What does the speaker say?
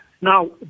Now